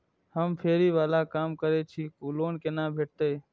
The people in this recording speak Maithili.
हम फैरी बाला काम करै छी लोन कैना भेटते?